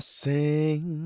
sing